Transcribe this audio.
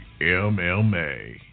MMA